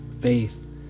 faith